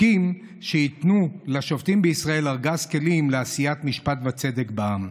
חוקים שייתנו לשופטים בישראל ארגז כלים לעשיית משפט וצדק בעם.